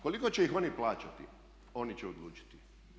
Koliko će ih oni plaćati oni će odlučiti.